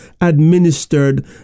administered